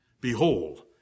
Behold